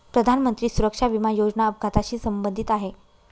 प्रधानमंत्री सुरक्षा विमा योजना अपघाताशी संबंधित आहे